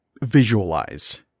visualize